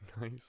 nice